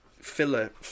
filler